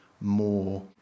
more